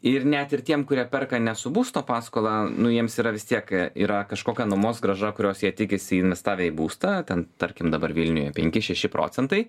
ir net ir tiems kurie perka ne su būsto paskola nu jiems yra vis tiek yra kažkokia nuomos grąža kurios jie tikisi investavę į būstą ten tarkim dabar vilniuj penki šeši procentai